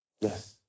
Yes